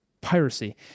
piracy